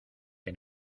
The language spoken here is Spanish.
que